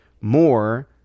more